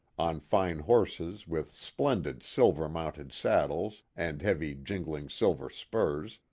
on fine horses with splendid silver-mounted saddles and heavy jingling silver spurs,